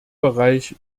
bereich